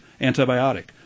antibiotic